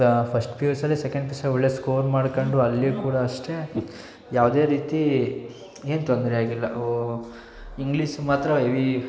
first P U ಸಿಯಲ್ಲಿ second P U ಸಿಯಲ್ಲಿ ಒಳ್ಳೆ ಸ್ಕೋರ್ ಮಾಡ್ಕೊಂಡ್ರು ಅಲ್ಲಿ ಕೂಡ ಅಷ್ಟೇ ಯಾವುದೇ ರೀತಿ ಏನು ತೊಂದರೆ ಆಗಿಲ್ಲ ಓ ಇಂಗ್ಲೀಸು ಮಾತ್ರ ಎವೀ